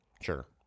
Sure